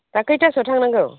दा कैतासोआव थांनांगौ